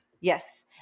Yes